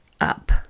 up